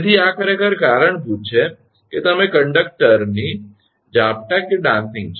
તેથી આ ખરેખર કારણભૂત છે કે તમે કંડકટરની ઝાપટા કે ડાન્સીંગ છે